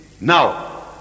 Now